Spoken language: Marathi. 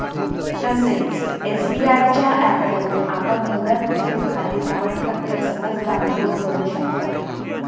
तसेच एस.बी.आय च्या ऍपवरून आपण मुदत ठेवखाते प्रमाणपत्र सहज डाउनलोड करु शकता